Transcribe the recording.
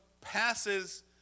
passes